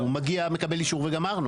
הוא מגיע, מקבל אישור וגמרנו.